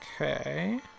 Okay